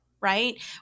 right